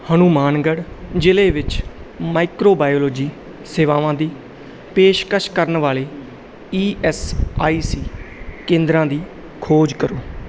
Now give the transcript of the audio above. ਹਨੂੰਮਾਨਗੜ੍ਹ ਜ਼ਿਲੇ ਵਿੱਚ ਮਾਈਕਰੋਬਾਇਓਲੋਜੀ ਸੇਵਾਵਾਂ ਦੀ ਪੇਸ਼ਕਸ਼ ਕਰਨ ਵਾਲੇ ਈ ਐਸ ਆਈ ਸੀ ਕੇਂਦਰਾਂ ਦੀ ਖੋਜ ਕਰੋ